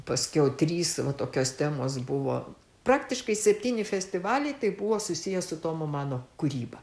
paskiau trys va tokios temos buvo praktiškai septyni festivaliai tai buvo susiję su tomo mano kūryba